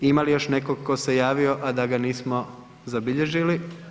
Ima li još netko tko se javio, a da ga nismo zabilježili?